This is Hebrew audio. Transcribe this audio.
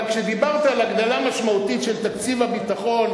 אבל כשדיברת על הגדלה משמעותית של תקציב הביטחון,